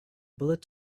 bullet